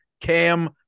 Cam